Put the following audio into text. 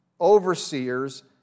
overseers